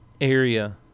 area